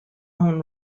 own